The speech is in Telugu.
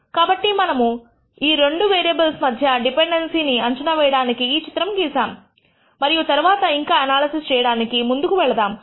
కాబట్టి మనము మనం ఈ రెండు వేరియబుల్స్ మధ్య డిపెండెన్సీ ని అంచనా వేయడానికి ఈ చిత్రము ను గీసాము మరియు తర్వాత ఇంకా ఎనాలసిస్ చేయడానికి ముందుకు వెళదాము